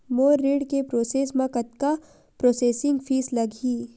मोर ऋण के प्रोसेस म कतका प्रोसेसिंग फीस लगही?